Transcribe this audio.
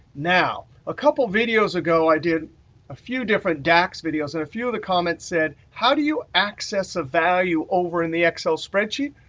now a couple videos ago i did a few different dax videos. and a few of the comments said how do you access a value over in the excel spreadsheet?